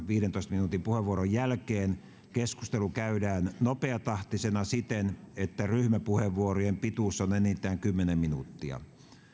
viidentoista minuutin esittelypuheenvuoron jälkeen keskustelu käydään nopeatahtisena siten että ryhmäpuheenvuorojen pituus on enintään kymmenen minuuttia